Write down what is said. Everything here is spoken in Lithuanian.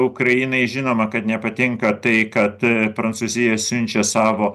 ukrainai žinoma kad nepatinka tai kad prancūzija siunčia savo